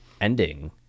ending